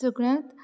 सगळ्यांत